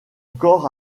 corps